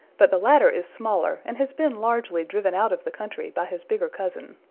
but the latter is smaller and has been largely driven out of the country by his bigger cousin.